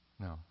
No